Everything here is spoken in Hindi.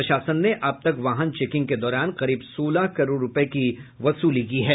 प्रशासन ने अब तक वाहन चेकिंग के दौरान करीब सोलह करोड़ रूपये की वसूली की है